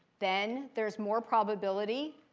then there's more probability.